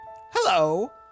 Hello